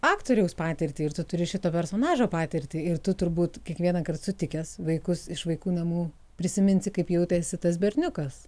aktoriaus patirtį ir tu turi šito personažo patirtį ir tu turbūt kiekvienąkart sutikęs vaikus iš vaikų namų prisiminsi kaip jautėsi tas berniukas